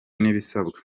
n’ibisabwa